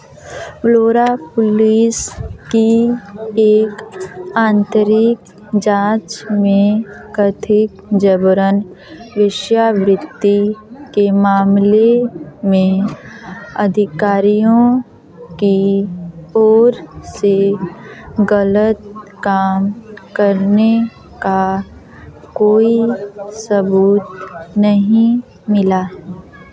pleura police की एक आंतरिक जाँच में कथिक जबरन वैश्यवृत्ति के मामले में अधिकारियों की ओर से गलत काम करने का कोई सबूत नहीं मिला है